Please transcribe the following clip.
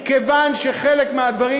מכיוון ששינו חלק מהדברים,